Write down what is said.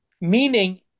meaning